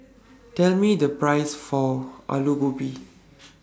Tell Me The Price For Alu Gobi